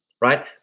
Right